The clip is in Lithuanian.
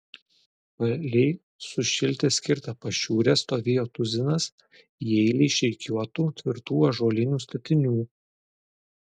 palei sušilti skirtą pašiūrę stovėjo tuzinas į eilę išrikiuotų tvirtų ąžuolinių statinių